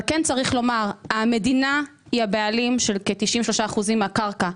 אבל כן צריך לומר שהמדינה היא הבעלים של כ-93% מהקרקע.